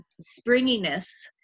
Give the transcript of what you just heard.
springiness